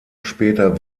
später